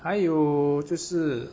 还有就是